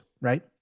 right